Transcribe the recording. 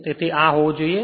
તેથી આ હોવું જોઈએ